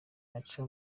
aca